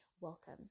Welcome